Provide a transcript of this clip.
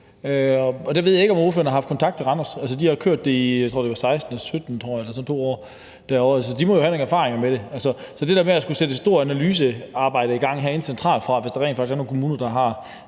på det. Jeg ved ikke, om ordføreren har haft kontakt til Randers; de har jo kørt det i, jeg tror, det var i 2016 og 2017, altså 2 år, så de må jo have nogle erfaringer med det. Så der er ikke nogen grund til at sætte et stort analysearbejde i gang herinde centralt fra, hvis der rent faktisk er nogle kommuner, der har